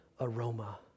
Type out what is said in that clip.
aroma